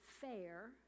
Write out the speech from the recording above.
fair